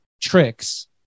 tricks